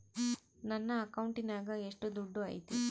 ನನ್ನ ಅಕೌಂಟಿನಾಗ ಎಷ್ಟು ದುಡ್ಡು ಐತಿ?